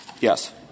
Yes